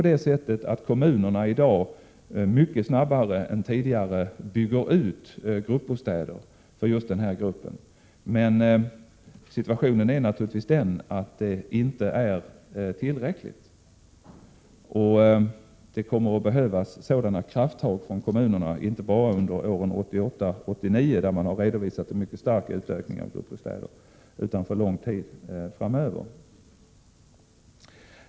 Kommunerna bygger i dag mycket snabbare än tidigare ut gruppbostäder för just denna grupp, men situationen är sådan att det inte är tillräckligt. Och det kommer att behövas sådana krafttag från kommunerna inte bara under åren 1988 och 1989, för vilka man har redovisat en mycket stark utökning av antalet gruppbostäder, utan för lång tid framöver.